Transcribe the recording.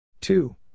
two